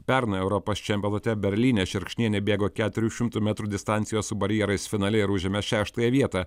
pernai europos čempionate berlyne šerkšnienė bėgo keturių šimtų metrų distancijos su barjerais finale ir užėmė šeštąją vietą